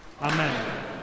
amen